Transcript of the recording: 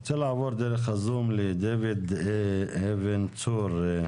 אני רוצה לעבור דרך הזום לדוד אבן צור,